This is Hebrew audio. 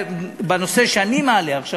בנושא שאני מעלה עכשיו,